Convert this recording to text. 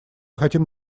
хотим